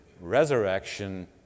resurrection